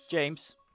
James